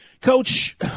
Coach